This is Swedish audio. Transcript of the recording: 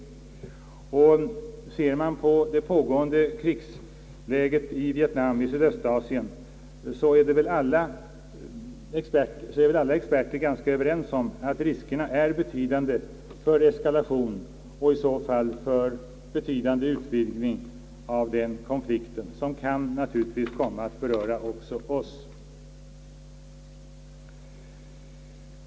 Beträffande det pågående krigsläget i Sydöstasien är väl alla experter överens om att riskerna är betydande för eskalation och i så fall för en betydande utvidgning av konflikten där, som naturligtvis kan komma att beröra också oss.